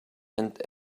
and